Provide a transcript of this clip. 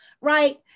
right